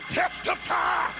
testify